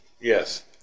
Yes